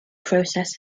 process